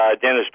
Dennis